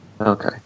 Okay